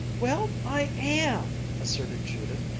well, i am! asserted judith,